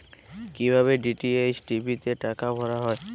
কি ভাবে DTH TV তে টাকা ভরা হয়?